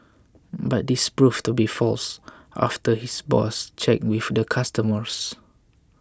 but this proved to be false after his boss checked with the customers